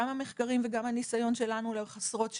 גם המחקרים וגם הניסיון שלנו לאורך עשרות שנים,